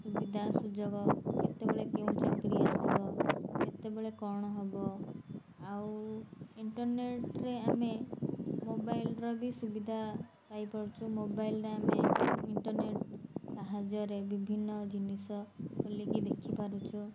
ସୁବିଧା ସୁଯୋଗ କେତେବେଳେ କେଉଁ ଚାକିରୀ ଆସିବ କେତେବେଳେ କ'ଣ ହବ ଆଉ ଇଣ୍ଟରନେଟ୍ରେ ଆମେ ମୋବାଇଲର ବି ସୁବିଧା ପାଇପାରୁଛୁ ମୋବାଇଲରେ ଆମେ ଇଣ୍ଟରନେଟ୍ ସାହାଯ୍ୟରେ ବିଭିନ୍ନ ଜିନିଷ ଖୋଲିକି ଦେଖିପାରୁଛୁ